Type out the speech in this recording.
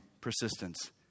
Persistence